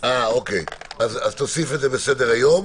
תוסיף את זה בסדר-היום.